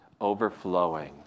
Overflowing